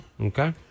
Okay